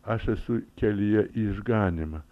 aš esu kelyje į išganymą